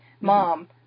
Mom